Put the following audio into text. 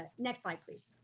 ah next slide, please.